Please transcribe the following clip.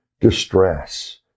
distress